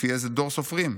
לפי איזה דור סופרים?